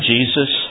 Jesus